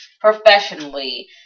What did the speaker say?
professionally